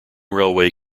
railway